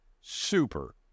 super